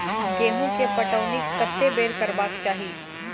गेंहूँ केँ पटौनी कत्ते बेर करबाक चाहि?